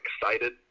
excited